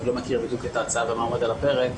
מכיר בדיוק את ההצעה ומה עומד על הפרק,